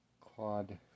Claude